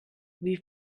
wie